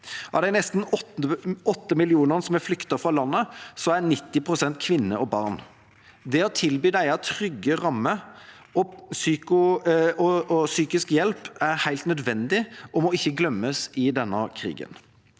Av de nesten åtte millionene som har flyktet fra landet, er 90 pst. kvinner og barn. Det å tilby dem trygge rammer og psykisk hjelp er helt nødvendig og må ikke glemmes i denne krigen.